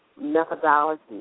methodology